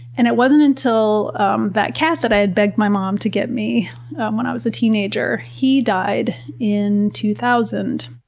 and it wasn't until um that cat that i had begged my mom to get me when i was a teenager, he died in two thousand.